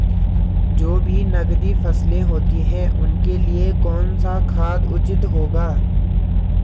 जो भी नकदी फसलें होती हैं उनके लिए कौन सा खाद उचित होगा?